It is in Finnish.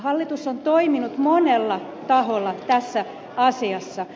hallitus on toiminut monella taholla tässä asiassa